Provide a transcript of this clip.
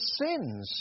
sins